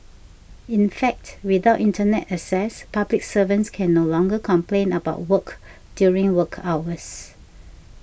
in fact without Internet access public servants can no longer complain about work during work hours